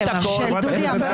אתם --- של דודי אמסלם?